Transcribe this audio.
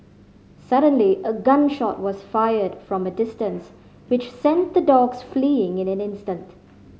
suddenly a gun shot was fired from a distance which sent the dogs fleeing in an instant